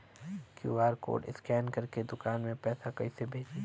QR code scan करके दुकान में पैसा कइसे भेजी?